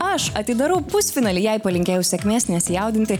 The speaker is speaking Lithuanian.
aš atidarau pusfinalį jai palinkėjau sėkmės nesijaudinti